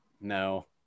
no